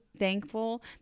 thankful